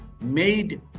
made